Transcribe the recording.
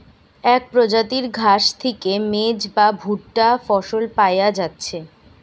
এক প্রজাতির ঘাস থিকে মেজ বা ভুট্টা ফসল পায়া যাচ্ছে